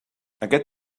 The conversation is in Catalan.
aquest